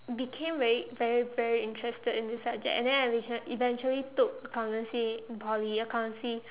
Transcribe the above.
became very very very interested in this subject and then I become eventually took accountancy in Poly accountancy